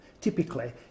typically